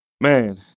Man